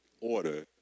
order